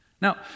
Now